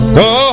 go